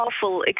powerful